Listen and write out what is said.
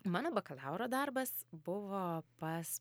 mano bakalauro darbas buvo pas